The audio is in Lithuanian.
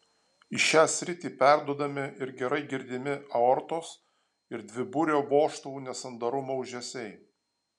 į šią sritį perduodami ir gerai girdimi aortos ir dviburio vožtuvų nesandarumo ūžesiai